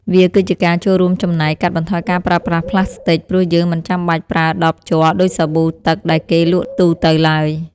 វាគឺជាការចូលរួមចំណែកកាត់បន្ថយការប្រើប្រាស់ប្លាស្ទិក ព្រោះយើងមិនចាំបាច់ប្រើដបជ័រដូចសាប៊ូទឹកដែលគេលក់ទូទៅឡើយ។